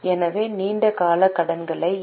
எனவே நீண்ட கால கடன்களை என்